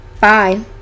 Bye